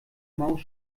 maus